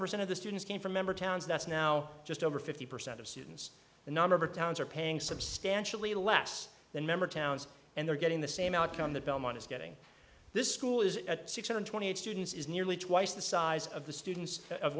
percent of the students came from member towns that's now just over fifty percent of students a number of towns are paying substantially less than member towns and they're getting the same outcome the belmont is getting this school is at six hundred twenty eight students is nearly twice the size of the students of